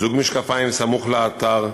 זוג משקפיים סמוך לאתר,